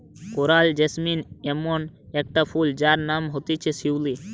coral jasmine ইমন একটা ফুল যার নাম হতিছে শিউলি